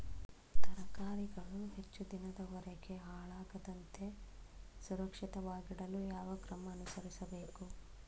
ತರಕಾರಿಗಳು ಹೆಚ್ಚು ದಿನದವರೆಗೆ ಹಾಳಾಗದಂತೆ ಸುರಕ್ಷಿತವಾಗಿಡಲು ಯಾವ ಕ್ರಮ ಅನುಸರಿಸಬೇಕು?